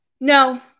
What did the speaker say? No